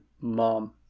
mom